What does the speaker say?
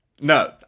No